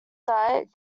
diet